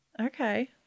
Okay